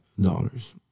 dollars